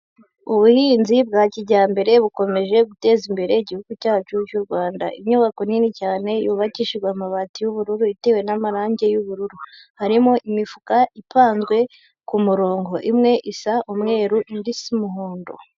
Ubuhinzi bwa kijyambere bukomeje guteza imbere igihugu cyacu cy'u Rwanda. Inyubako nini cyane yubakishijwe amabati y'ubururu itewe n'amarangi y'ubururu, harimo imifuka ipanzwe ku muronko, imwe isa umweru, indi isa umuhondo.